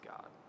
God